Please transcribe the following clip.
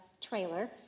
trailer